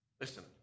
Listen